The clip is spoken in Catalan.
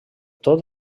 tot